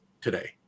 today